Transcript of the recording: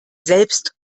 selbst